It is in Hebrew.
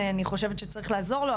אני חושבת שצריך לעזור לו,